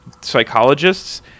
psychologists